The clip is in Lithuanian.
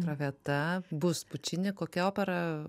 traviata bus pučini kokia opera